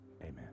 amen